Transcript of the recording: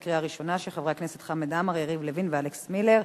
של חברי הכנסת חמד עמאר יריב לוין ואלכס מילר.